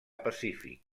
pacífic